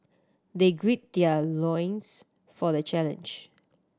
they grid their loins for the challenge